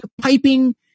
piping